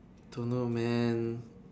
don't know man